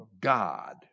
god